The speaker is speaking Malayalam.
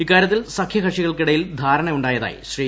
ഇക്കാര്യത്തിൽ സഖ്യകക്ഷികൾക്കിടയിൽ ധാരണയുണ്ടായതായി ശ്രീ